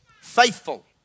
faithful